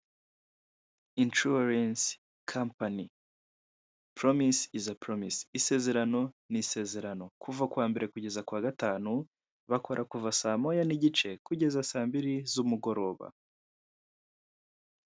Inshuwarense kampani poromisi izi poromisi. isezerano ni isezerano kuva kuwa mbere, kugeza ku wa gatanu bakora kuva saa moya n'igice kugeza saa mbiri z'umugoroba.